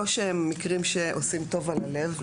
לא שהם מקרים שעושים טוב על הלב,